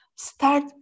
Start